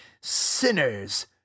sinners